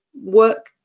work